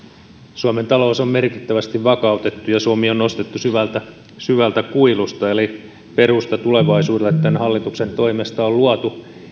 suomen talous on merkittävästi vakautettu ja suomi on nostettu syvältä syvältä kuilusta eli perusta tulevaisuudelle tämän hallituksen toimesta on luotu